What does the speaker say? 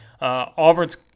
Auburn's